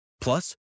Plus